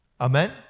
Amen